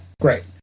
Great